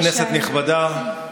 כנסת נכבדה,